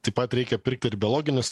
taip pat reikia pirkti ir biologinius